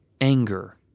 anger